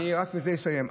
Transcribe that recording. אני רק אסיים בזה.